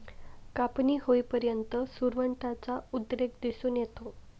कापणी होईपर्यंत सुरवंटाचा उद्रेक दिसून येतो